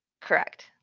Correct